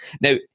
Now